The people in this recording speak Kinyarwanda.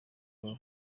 paul